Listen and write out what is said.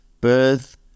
birth